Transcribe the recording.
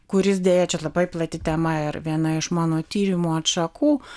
kuris deja čia labai plati tema ir viena iš mano tyrimo atšakų